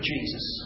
Jesus